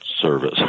service